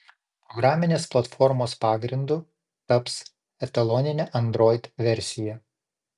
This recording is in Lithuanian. programinės platformos pagrindu taps etaloninė android versija